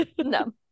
No